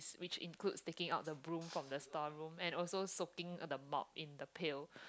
which includes picking up the broom from the storeroom and also soaking the mop in the pail